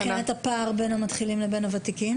אבל מבחינת הפער בין המתחילים ובין הוותיקים?